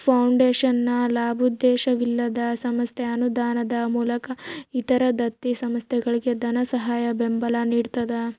foundation ಲಾಭೋದ್ದೇಶವಿಲ್ಲದ ಸಂಸ್ಥೆ ಅನುದಾನದ ಮೂಲಕ ಇತರ ದತ್ತಿ ಸಂಸ್ಥೆಗಳಿಗೆ ಧನಸಹಾಯ ಬೆಂಬಲ ನಿಡ್ತದ